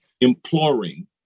imploring